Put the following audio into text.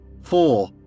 Four